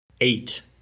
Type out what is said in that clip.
eight